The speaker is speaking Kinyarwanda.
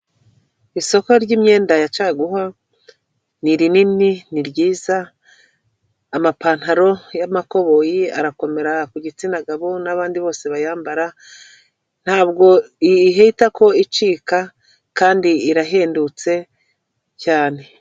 Isoko ry'imyenda ya caguwa ni rinini ni ryiza, amapantaro y'amakoboyi arakomera ku gitsina gabo n'abandi bose bayambara, ntabwo ihitako icika kandi irahendutse cyane.